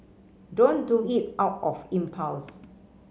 don't do it out of impulse